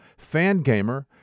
Fangamer